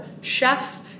chefs